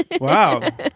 Wow